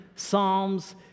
psalms